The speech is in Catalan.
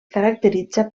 caracteritza